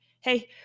Hey